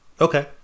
Okay